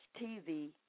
TV